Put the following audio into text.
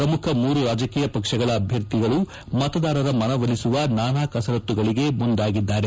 ಪ್ರಮುಖ ಮೂರು ರಾಜಕೀಯ ಪಕ್ಷಗಳ ಅಭ್ಯರ್ಥಿಗಳು ಮತದಾರರ ಮನವೊಲಿಸುವ ನಾನಾ ಕಸರತ್ತುಗಳಿಗೆ ಮುಂದಾಗಿದ್ದಾರೆ